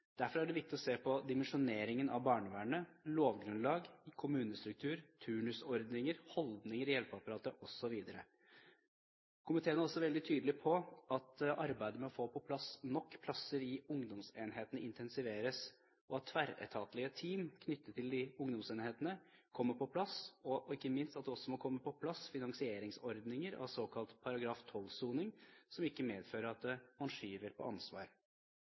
Derfor er det viktig å se på dimensjoneringen av barnevernet; lovgrunnlag, kommunestruktur, turnusordninger, holdninger i hjelpeapparatet, osv. Komiteen er også veldig tydelig på at arbeidet med å få på plass nok plasser i ungdomsenhetene intensiveres, at tverretatlige team knyttet til ungdomsenhetene kommer på plass, og ikke minst at det må komme på plass finansieringsordninger av såkalt paragraf 12-soning, som ikke medfører at man skyver på